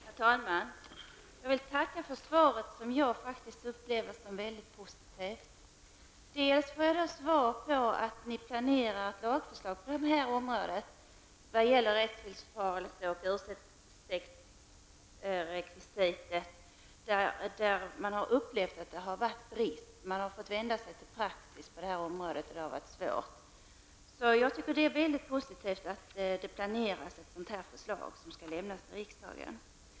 Herr talman! Jag vill tacka för svaret som jag upplever som positivt. Bl.a. får jag veta att regeringen planerar ett lagförslag på området vad gäller rättsvillfarelse och ursäktlighetsrekvisitet. Det har rått en brist på lagreglering på området, och man har fått vända sig till praxis. Jag tycker att det är positivt att det planeras att lämnas ett förslag till riksdagen.